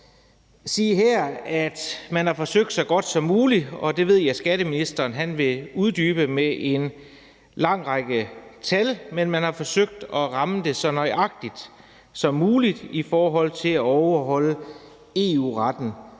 man har forsøgt– og det ved jeg at skatteministeren vil uddybe med en lang række tal – at ramme det så nøjagtigt som muligt i forhold til at overholde EU-retten.